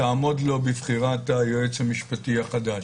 תעמוד לו בבחירת היועץ המשפטי החדש.